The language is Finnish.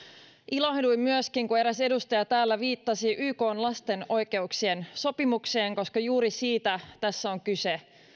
ilahduin myöskin kun eräs edustaja täällä viittasi ykn lasten oikeuksien sopimukseen koska juuri siitä tässä on kyse